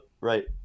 Right